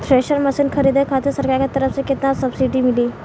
Thresher machine खरीदे खातिर सरकार के तरफ से केतना सब्सीडी मिली?